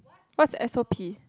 what's the s_o_p